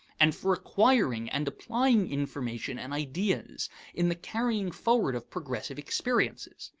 and for acquiring and applying information and ideas in the carrying forward of progressive experiences.